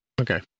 okay